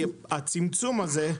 הצמצום הזה,